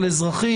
של אזרחים.